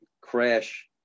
crash